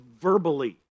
verbally